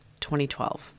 2012